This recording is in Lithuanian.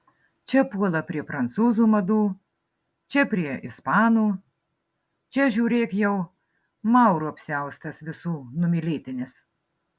čia puola prie prancūzų madų čia prie ispanų čia žiūrėk jau maurų apsiaustas visų numylėtinis